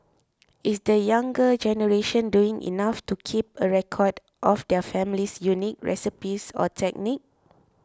is the younger generation doing enough to keep a record of their family's unique recipes or techniques